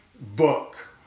book